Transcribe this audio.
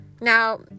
Now